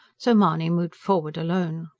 so mahony moved forward alone.